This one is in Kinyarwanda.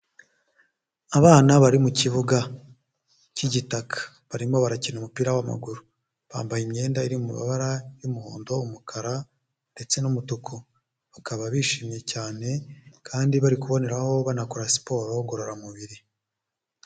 Abana bari mu kibuga cy'igitaka. Barimo barakina umupira w'amaguru. Bambaye imyenda iri mu mabara y'umuhondo, umukara ndetse n'umutuku. Bakaba bishimye cyane kandi bari kuboneraho banakora siporo ngororamubiri.